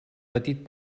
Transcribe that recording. petit